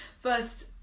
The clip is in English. first